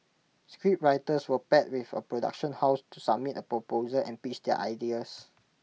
scriptwriters were paired with A production house to submit A proposal and pitch their ideas